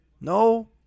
no